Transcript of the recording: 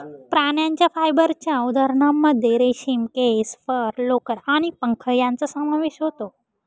प्राण्यांच्या फायबरच्या उदाहरणांमध्ये रेशीम, केस, फर, लोकर आणि पंख यांचा समावेश होतो